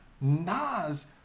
Nas